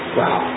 wow